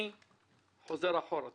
אני חוזר אחורה טיפה.